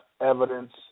evidence